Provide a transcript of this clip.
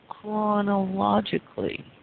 chronologically